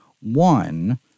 One